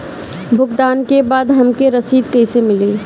भुगतान के बाद हमके रसीद कईसे मिली?